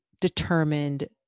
determined